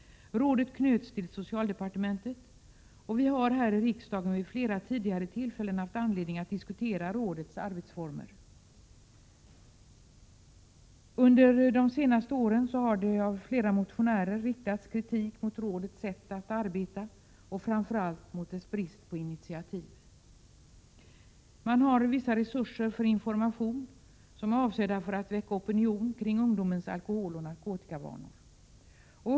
Rådet knöts till socialdepartementet. Vi har här i riksdagen vid flera tidigare tillfällen haft anledning att diskutera rådets arbetsformer. Under de senaste åren har flera motionärer riktat kritik mot rådets sätt att arbeta, och framför allt mot dess brist på initiativ. Man har vissa resurser för information som är avsedd att väcka opinion kring ungdomens alkoholoch narkotikavanor.